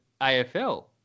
AFL